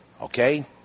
okay